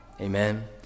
Amen